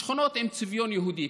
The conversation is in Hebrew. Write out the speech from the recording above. בשכונות עם צביון יהודי.